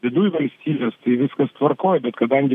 viduj valstybės tai viskas tvarkoj bet kadangi